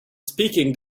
speaking